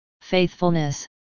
faithfulness